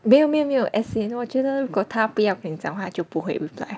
没有没有没有 as in 我觉得如果他不要跟你讲话就不会 reply